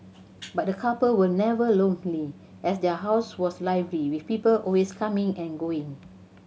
but the couple were never lonely as their house was lively with people always coming and going